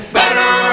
better